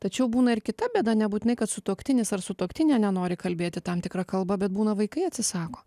tačiau būna ir kita bėda nebūtinai kad sutuoktinis ar sutuoktinė nenori kalbėti tam tikra kalba bet būna vaikai atsisako